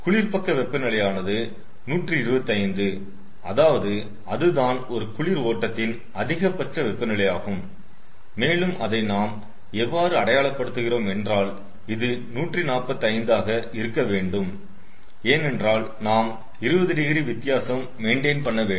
குளிர் பக்க வெப்பநிலையானது 125 அதாவது அதுதான் ஒரு குளிர் ஓட்டத்தின் அதிகபட்ச வெப்ப நிலையாகும் மேலும் அதை நாம் எவ்வாறு அடையாள படுத்துகிறோம் என்றால் இது 145 ஆக இருக்க வேண்டும் ஏனென்றால் நாம் 20 டிகிரி வித்தியாசம் மெயின்டெய்ன் பண்ண வேண்டும்